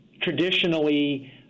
traditionally